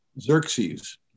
Xerxes